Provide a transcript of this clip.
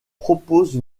propose